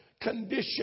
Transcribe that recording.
condition